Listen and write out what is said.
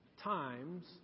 times